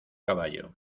caballo